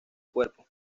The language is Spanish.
cuerpo